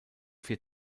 vier